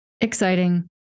exciting